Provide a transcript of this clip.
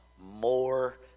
more